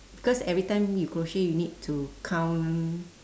because every time you crochet you need to count